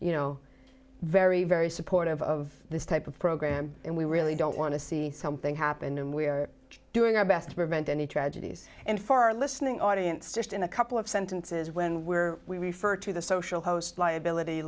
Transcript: you know very very supportive of this type of program and we really don't want to see something happen and we are doing our best to prevent any tragedies and for our listening audience just in a couple of sentences when we're we refer to the social host liability